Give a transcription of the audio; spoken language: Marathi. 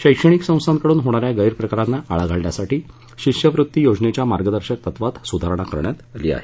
शैक्षणिक संस्थांकडून होणा या गैरप्रकारांना आळा घालण्यासाठी शिष्यवृत्ती योजनेच्या मार्गदर्शक तत्वात सुधारणा करण्यात आली आहे